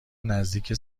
نزدیک